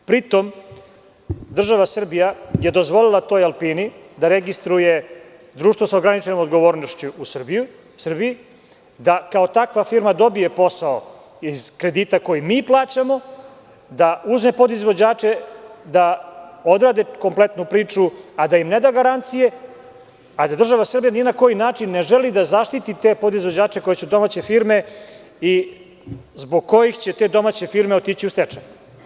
Pri tom, država Srbija je dozvolila toj „Alpini“ da registruje društvo sa ograničenom odgovornošću u Srbiji, da takva firma dobije posao iz kredita koji mi plaćamo, da uzme podizvođače, da odrade kompletnu priču, a da im ne da garancije i da država Srbija ni na koji način ne želi da zaštiti te podizvođače koji su domaće firme i zbog kojih će te domaće firme otići u stečaj.